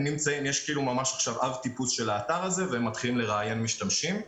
יש עכשיו אב טיפוס של האתר הזה והם מתחילים לראיין משתמשים.